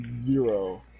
Zero